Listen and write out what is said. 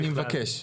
אלעד, אני מבקש.